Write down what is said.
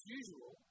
usual